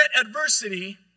adversity